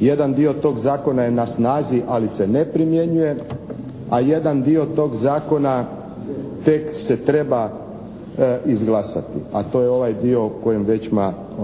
jedan dio tog zakona je na snazi ali se ne primjenjuje, a jedan dio tog zakona tek se treba izglasati, a to je ovaj dio o kojem već